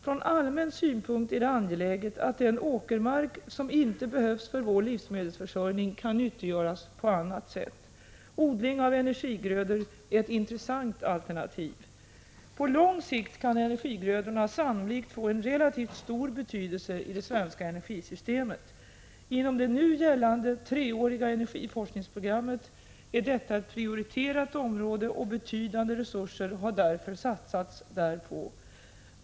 Från allmän synpunkt är det angeläget att den åkermark som inte behövs för vår livsmedelsförsörjning kan nyttiggöras på annat sätt. Odling av energigrödor är ett intressant alternativ. På lång sikt kan energigrödorna sannolikt få en relativt stor betydelse i det svenska energisystemet. Inom det nu gällande treåriga energiforskningsprogrammet är detta ett prioriterat område, och betydande resurser har därför satsats därpå.